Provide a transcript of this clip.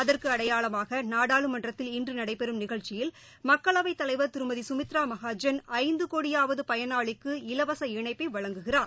அதற்கு அடையாளமாகநாடாளுமன்றத்தில் இன்றுநடைபெறும் நிகழ்ச்சியில் மக்களவைத் தலைவர் திருமதிசுமித்ராமகாஜன் ஐந்துகோடியாவதுபயனாளிக்கு இலவச இணைப்பைவழங்குகிறார்